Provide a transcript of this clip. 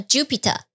Jupiter，